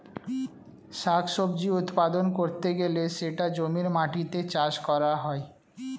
শাক সবজি উৎপাদন করতে গেলে সেটা জমির মাটিতে চাষ করা হয়